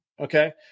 Okay